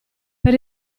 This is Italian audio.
per